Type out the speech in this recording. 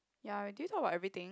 ya did we talk about everything